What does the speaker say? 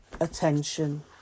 attention